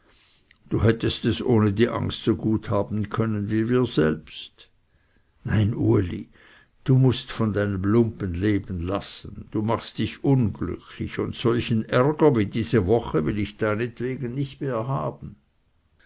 du hättest es ohne die angst so gut haben können als wir selbst nein uli du mußt von deinem lumpenleben lassen du machst dich unglücklich und solchen ärger wie diese woche will ich deinetwegen nicht mehr haben